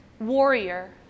warrior